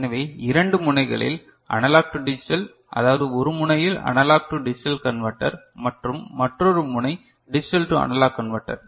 எனவே இரண்டு முனைகளில் அனலாக் டு டிஜிட்டல் அதாவது ஒரு முனையில் அனலாக் டு டிஜிட்டல் கன்வர்ட்டர் மற்றும் மற்றொரு முனை டிஜிட்டல் டு அனலாக் கன்வர்ட்டர்